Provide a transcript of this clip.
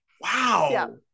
wow